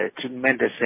tremendous